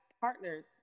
partners